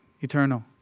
Eternal